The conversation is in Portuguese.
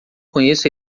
conheço